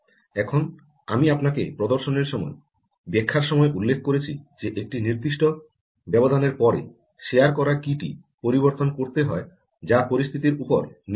এখন আমি আপনাকে প্রদর্শনের সময় ব্যাখ্যার সময় উল্লেখ করেছি যে একটি নির্দিষ্ট ব্যবধানের পরে শেয়ার করা কী টি পরিবর্তন করতে হয় যা পরিস্থিতির উপর নির্ভর করে